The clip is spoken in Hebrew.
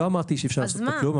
לא אמרתי שאי אפשר לעשות אתו כלום,